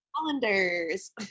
calendars